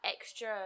extra